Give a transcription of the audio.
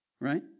Right